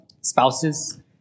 spouses